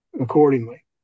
accordingly